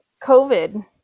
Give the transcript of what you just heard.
COVID